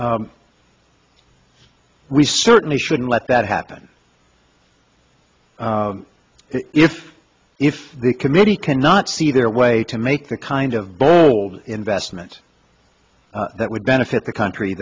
ri certainly shouldn't let that happen if if the committee cannot see their way to make the kind of bold investment that would benefit the country